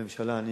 בממשלה אני